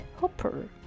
Hopper